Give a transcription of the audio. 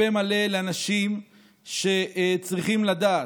בפה מלא לאנשים שצריכים לדעת,